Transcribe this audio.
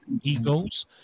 egos